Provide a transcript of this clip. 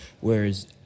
whereas